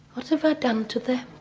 what have i done to them?